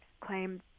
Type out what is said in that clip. claim